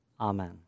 Amen